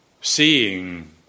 seeing